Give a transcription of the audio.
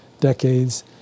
decades